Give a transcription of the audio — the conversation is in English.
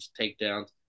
takedowns